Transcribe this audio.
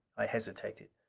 i hesitated.